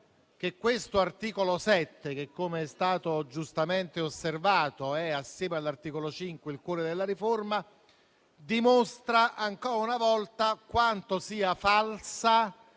che questo articolo 7, che, come è stato giustamente osservato, assieme all'articolo 5 è il cuore della riforma, dimostra ancora una volta quanto sia falsa